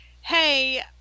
hey